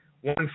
one